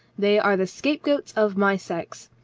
they are the scapegoats of my sex.